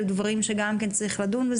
אלו דברים שגם בהם צריך לדון.